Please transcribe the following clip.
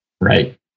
Right